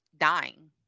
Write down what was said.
dying